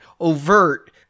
overt